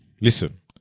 listen